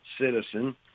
citizen